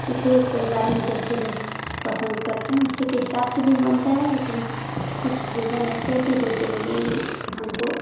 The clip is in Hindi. ऐसे परिवार में जैसे लोग पसंद करते है उसी के हिसाब से भी बनता है लेकिन कुछ भोजन ऐसे होते हैं जो डेली हमको